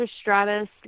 Stratus